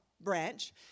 branch